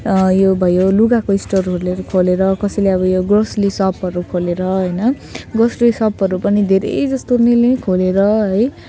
यो भयो लुगाको स्टोरहरूले खोलेर कसैले अब यो ग्रोसेरी सपहरू खोलेर होइन ग्रोसेरी सपहरू पनि धेरै जस्तो ने लै खोलेर है